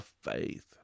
faith